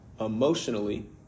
emotionally